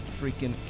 freaking